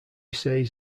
says